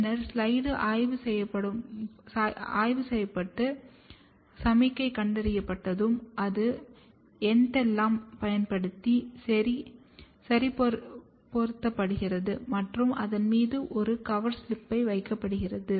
பின்னர் ஸ்லைடு ஆய்வு செய்யப்பட்டு சமிக்ஞை கண்டறியப்பட்டதும் அது என்டெல்லனைப் பயன்படுத்தி சரி பொருத்தப்படுகிறது மற்றும் அதன் மீது ஒரு கவர் சிலிப் வைக்கப்படுகிறது